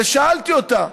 ושאלתי אותה.